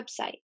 website